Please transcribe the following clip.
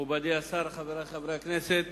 מכובדי השר, חברי חברי הכנסת,